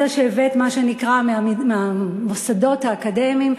הידע שהבאת, מה שנקרא מהמוסדות האקדמיים,